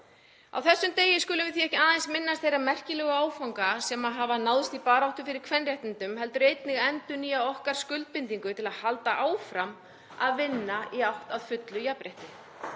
Á þessum degi skulum við því ekki aðeins minnast þeirra merkilegu áfanga sem hafa náðst í baráttu fyrir kvenréttindum heldur einnig endurnýja okkar skuldbindingu til að halda áfram að vinna í átt að fullu jafnrétti.